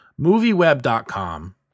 movieweb.com